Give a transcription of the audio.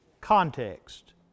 context